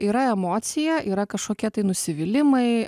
yra emocija yra kažkokie tai nusivylimai